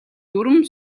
дүрэм